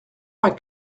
vingt